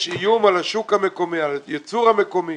יש איום על השוק המקומי, על הייצור המקומי